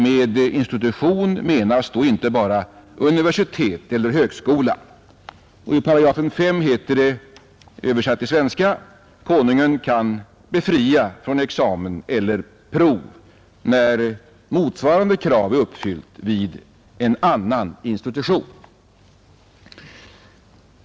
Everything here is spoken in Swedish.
Med institution menas då inte bara universitet eller högskola. I § 5 heter det, översatt till svenska: Konungen kan befria från examen eller prov när motsvarande krav är uppfyllt vid en annan institution.